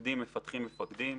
מפקדים מפתחים מפקדים.